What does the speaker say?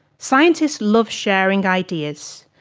scientists love sharing ideas,